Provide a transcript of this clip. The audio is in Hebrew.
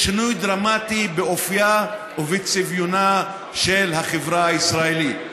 לשינוי דרמטי באופייה ובצביונה של החברה הישראלית.